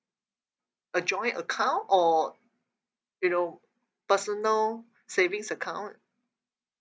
a joint account or you know personal savings account